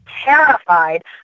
terrified